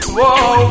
Whoa